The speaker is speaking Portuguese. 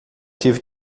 tive